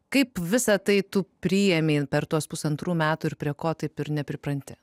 kaip visa tai tu priėmei per tuos pusantrų metų ir prie ko taip ir nepripranti